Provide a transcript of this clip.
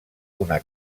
una